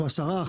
אנחנו 11%?